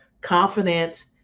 confident